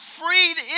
freed